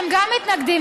גם הם מתנגדים.